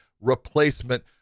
replacement